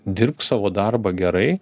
dirbk savo darbą gerai